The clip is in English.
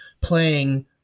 playing